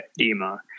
edema